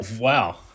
wow